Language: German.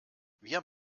wir